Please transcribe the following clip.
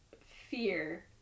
fear